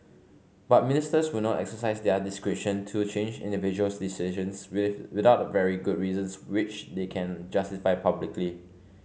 but Ministers will not exercise their discretion to change individuals decisions with without very good reasons which they can justify publicly